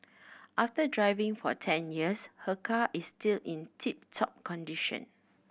after driving for ten years her car is still in tip top condition